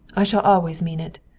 i shall always mean it.